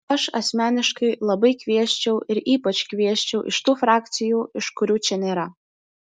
aš asmeniškai labai kviesčiau ir ypač kviesčiau iš tų frakcijų iš kurių čia nėra